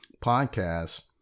podcast